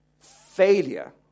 failure